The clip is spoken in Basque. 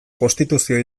konstituzioa